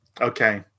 Okay